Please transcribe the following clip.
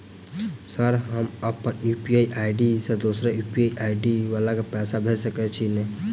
Sir हम अप्पन UPI ID सँ दोसर यु.पी.आई आई.डी वला केँ पैसा भेजि सकै छी नै?